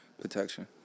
protection